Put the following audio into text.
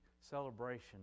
celebration